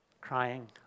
crying